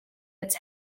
its